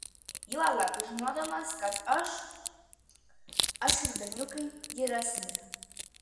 juolab žinodamas kad aš aš ir berniukai jį rasime